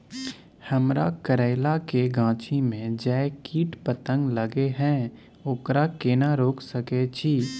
हमरा करैला के गाछी में जै कीट पतंग लगे हैं ओकरा केना रोक सके छी?